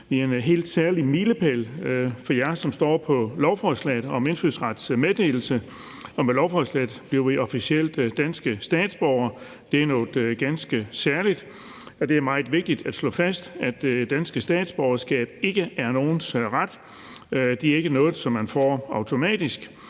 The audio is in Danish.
vi en helt særlig milepæl for jer, som står på lovforslaget om indfødsrets meddelelse. Med lovforslaget bliver I officielt danske statsborgere. Det er noget ganske særligt, og det er meget vigtigt at slå fast, at dansk statsborgerskab ikke er nogens ret. Det er ikke noget, som man får automatisk.